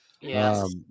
Yes